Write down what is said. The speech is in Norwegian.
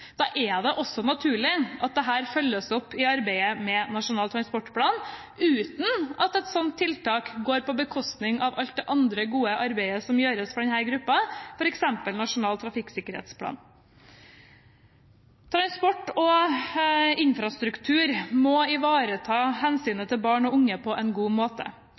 Da er det også naturlig at dette følges opp i arbeidet med Nasjonal transportplan uten at et slikt tiltak går på bekostning av alt det andre gode arbeidet som gjøres for denne gruppen, som f.eks. nasjonal trafikksikkerhetsplan. Transportsystem og infrastruktur må ivareta hensynet til barn og unge på en god måte.